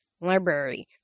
library